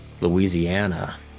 Louisiana